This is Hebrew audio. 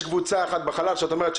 יש קבוצה אחת בחלל שאת אומרת,